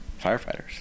firefighters